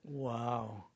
Wow